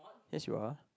yes you are